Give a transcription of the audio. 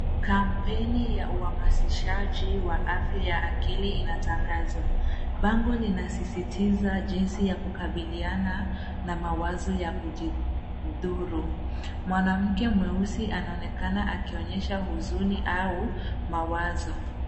Kampeni ya uhamasishaji wa afya ya akili inatangazwa. Bango linasisitiza jinsi ya kukabiliana na mawazo ya kujidhuru. Mwanamke mweusi anaonekana akionyesha huzuni au mawazo.